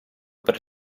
per